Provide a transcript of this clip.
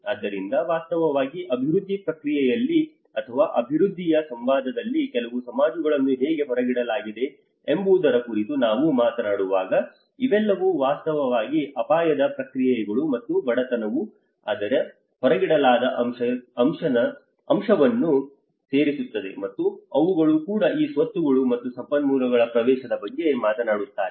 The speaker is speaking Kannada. ಆದ್ದರಿಂದ ವಾಸ್ತವವಾಗಿ ಅಭಿವೃದ್ಧಿ ಪ್ರಕ್ರಿಯೆಯಲ್ಲಿ ಅಥವಾ ಅಭಿವೃದ್ಧಿಯ ಸಂವಾದದಲ್ಲಿ ಕೆಲವು ಸಮಾಜಗಳನ್ನು ಹೇಗೆ ಹೊರಗಿಡಲಾಗಿದೆ ಎಂಬುದರ ಕುರಿತು ನಾವು ಮಾತನಾಡುವಾಗ ಇವೆಲ್ಲವೂ ವಾಸ್ತವವಾಗಿ ಅಪಾಯದ ಪ್ರಕ್ರಿಯೆಗಳು ಮತ್ತು ಬಡತನವು ಅದರ ಹೊರಗಿಡಲಾದ ಹೆಚ್ಚಿನ ಅಂಶವನ್ನು ಸೇರಿಸುತ್ತದೆ ಮತ್ತು ಅವುಗಳು ಕೂಡ ಈ ಸ್ವತ್ತುಗಳು ಮತ್ತು ಸಂಪನ್ಮೂಲಗಳ ಪ್ರವೇಶದ ಬಗ್ಗೆ ಮಾತನಾಡುತ್ತಾರೆ